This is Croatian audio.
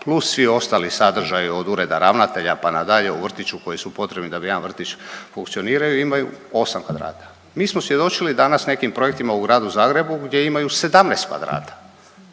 plus svi ostali sadržaji od Ureda ravnatelja pa nadalje u vrtiću koji su potrebni da bi jedan vrtić funkcioniraju imaju osam kvadrata. Mi smo svjedočili danas nekim projektima u Gradu Zagrebu gdje imaju 17 kvadrata,